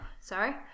Sorry